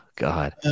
god